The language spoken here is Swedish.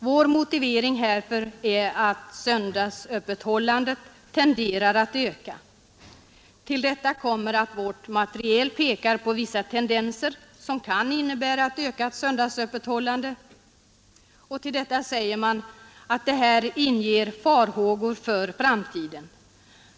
Vår motivering härför är att söndagsöppethållandet tenderar att öka. Till detta kommer att vårt materiel pekar på vissa tendenser som kan innebära ett ökat söndagsöppethållande.” Vidare säger man att det här inger farhågor för framtiden.